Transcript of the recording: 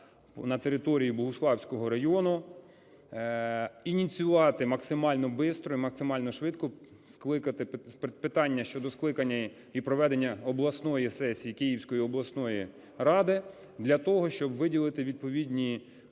на території Богуславського району, ініціювати максимально бистро і максимально швидко скликати… питання щодо скликання і проведення обласної сесії Київської обласної ради для того, щоб виділити відповідні